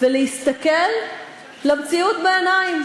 ולהסתכל למציאות בעיניים,